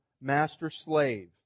master-slave